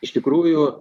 iš tikrųjų